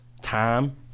time